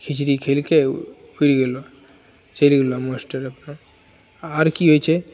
खिचड़ी खियेलकै उरि गेलऽ चलि गेलऽ मास्टर अपन आर की होइ छै